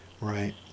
Right